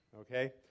Okay